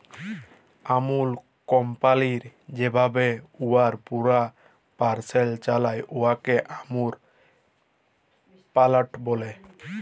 আমূল company যেভাবে উয়ার পুরা পরসেস চালায়, উয়াকে আমূল প্যাটার্ল ব্যলে